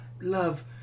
love